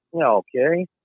Okay